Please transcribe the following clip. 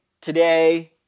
today